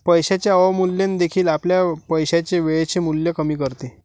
पैशाचे अवमूल्यन देखील आपल्या पैशाचे वेळेचे मूल्य कमी करते